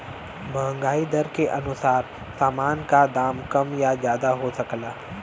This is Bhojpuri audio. महंगाई दर के अनुसार सामान का दाम कम या ज्यादा हो सकला